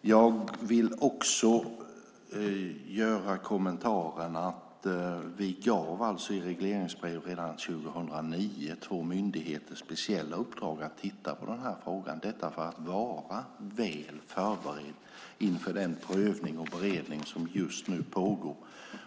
Jag vill också göra kommentaren att vi redan 2009 i regleringsbrev gav två myndigheter speciella uppdrag att titta på den här frågan, detta för att vara väl föreberedda inför den prövning och beredning som just nu pågår